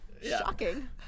shocking